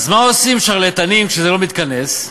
אז מה עושים שרלטנים כשזה לא מתכנס?